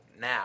now